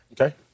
Okay